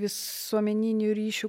visuomeninių ryšių